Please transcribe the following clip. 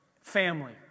Family